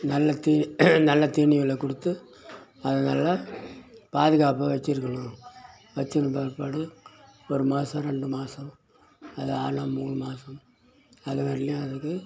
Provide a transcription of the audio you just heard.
நல்ல தீனி நல்ல தீனிகள கொடுத்து அதை நல்லா பாதுகாப்பாக வச்சுருக்கணும் வச்சு இருந்த பிற்பாடு ஒரு மாதம் ரெண்டு மாதம் அது ஆக மூணு மாதம் அது வர்யும் அதுக்கு